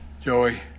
Joey